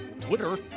Twitter